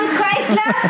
Chrysler